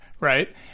right